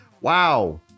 Wow